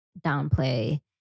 downplay